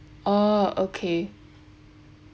oh okay